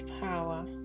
power